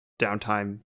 downtime